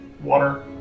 Water